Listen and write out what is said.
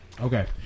Okay